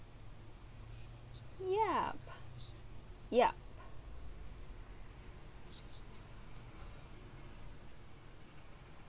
ya ya